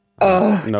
No